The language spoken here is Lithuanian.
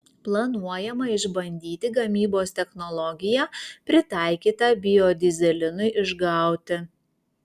planuojama išbandyti gamybos technologiją pritaikytą biodyzelinui išgauti